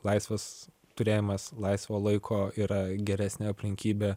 laisvas turėjimas laisvo laiko yra geresnė aplinkybė